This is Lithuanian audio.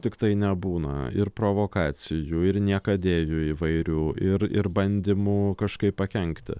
tiktai nebūna ir provokacijų ir niekadėjų įvairių ir ir bandymų kažkaip pakenkti